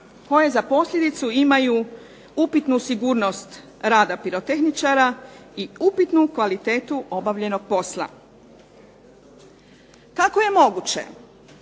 koje za posljedicu imaju upitnu sigurnost rada pirotehničara i upitnu kvalitetu obavljenog posla. Kako je moguće